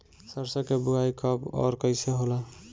सरसो के बोआई कब और कैसे होला?